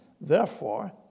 Therefore